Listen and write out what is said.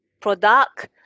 product